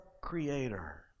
creator